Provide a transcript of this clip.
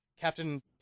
Captain